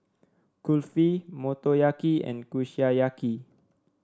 Kulfi Motoyaki and Kushiyaki